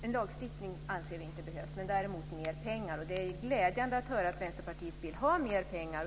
En lagstiftning anser vi inte behövas. Däremot behövs det mer pengar. Det är glädjande att höra att Vänsterpartiet också vill anslå mer pengar.